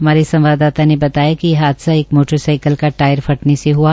हमारे संवाददाता ने बताया कि ये हादसा एक मोटर साइकिल का टायर फटने से हआ